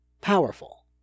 powerful